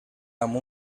amb